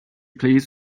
please